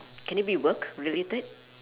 can it be work related